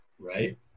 right